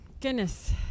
Goodness